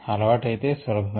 అలవాటయితే సులభమే